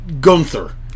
Gunther